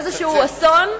איזשהו אסון,